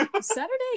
Saturday